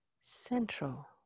central